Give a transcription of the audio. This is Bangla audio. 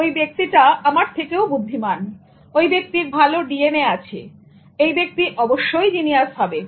ওই ব্যক্তিটা আমার থেকেও বুদ্ধিমান ওই ব্যক্তির ভালো ডিএনএ আছে এই ব্যক্তি অবশ্যই জিনিয়াস হবে